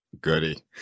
Goody